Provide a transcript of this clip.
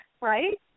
right